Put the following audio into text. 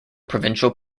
provincial